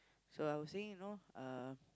so I was saying you know uh